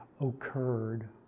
occurred